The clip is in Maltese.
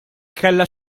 kellha